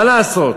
מה לעשות.